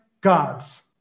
God's